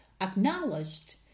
acknowledged